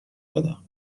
بدم